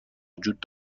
وجود